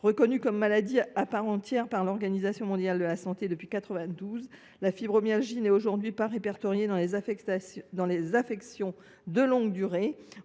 Reconnue comme une maladie à part entière par l’Organisation mondiale de la santé (OMS) depuis 1992, la fibromyalgie n’est aujourd’hui pas répertoriée dans les affections de longue durée.